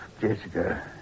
Jessica